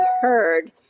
heard